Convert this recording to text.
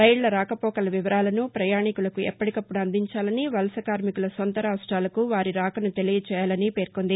రైళ్ల రాకపోకల వివరాలను పయాణీకులకు ఎప్పటికప్పుడు అందించాలని వలస కార్మికుల సొంత రాష్ట్రాలకు వారి రాకను తెలియజేయాలని పేర్కొంది